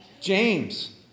James